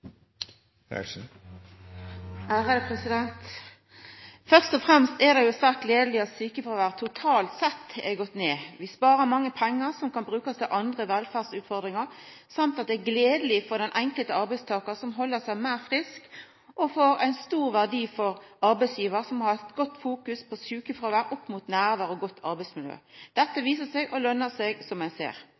er avsluttet. Først og fremst er det svært gledeleg at sjukefråværet totalt sett har gått ned. Vi sparer mange pengar, som kan brukast til andre velferdsutfordringar, det er gledeleg for den enkelte arbeidstakar som held seg meir frisk, og er ein stor verdi for arbeidsgivar som har stort fokus på sjukefråvær opp mot nærvær og godt arbeidsmiljø. Dette viser seg å lønna seg, som ein ser.